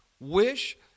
wish